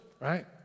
right